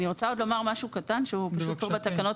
אני רוצה לומר עוד משהו קטן שהוא לא בתקנות.